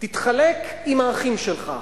תתחלק עם האחים שלך.